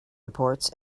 reports